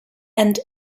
and